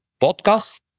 podcast